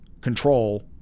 control